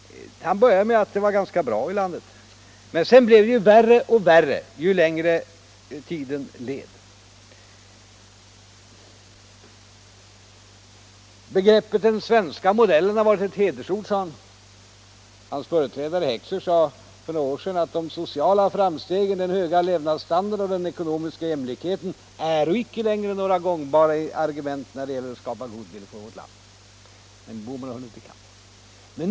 Han började med att det var ganska bra i landet. Men sedan blev det värre och värre ju längre anförandet led. Begreppet den svenska modellen har varit ett hedersord, sade han. Hans företrädare herr Heckscher sade för några år sedan att de sociala framstegen, den höga levnadsstandarden, den ekonomiska jämlikheten är icke längre några gångbara argument när det gäller att skapa goodwill för vårt land. Herr Bohman har hunnit i kapp.